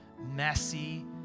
messy